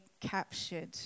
captured